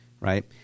right